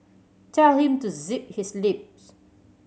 tell him to zip his lips